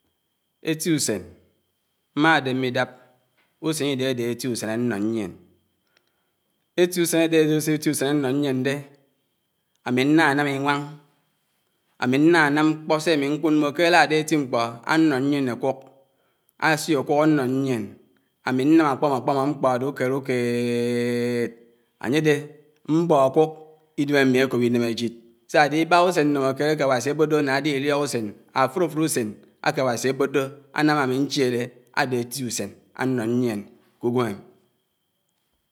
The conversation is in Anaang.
Éti ùsén, mmádémé idáp ùsén idédé éti usén ánnọ nyién. Éti usén dé ádéhé éti ùsén ánnọ ñyién dé áminánám iŋwaŋ, áminánám mkpo sémikud mbò kéládé éti mkpo ãnnọ ñyiẽn ákọk ásiò ákọk ánnọ nyién áminám ákpámọ kpámọ mkọd ùkéd ùkéd, ányédé mbọ ákọk, idém ámi ákòp inéméchid siádé ibáhá ùsén nnòmòkiét ákwási ábòdò nnéde ihọk ùsen. Áfufùd ùsén ákwási ábòdò ánám ámi nchiéré ádé étisén ánnọnyién kgwém.